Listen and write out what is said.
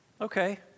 Okay